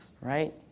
Right